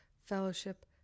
fellowship